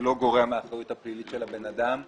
זה לא גורע מהאחריות הפלילית של הבן אדם.